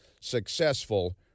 successful